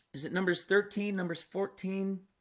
is it numbers thirteen numbers fourteen